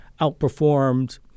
outperformed